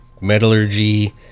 metallurgy